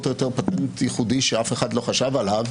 או יותר פטנט ייחודי שאף אחד לא חשב עליו,